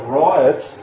riots